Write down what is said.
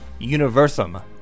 Universum